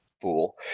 Fool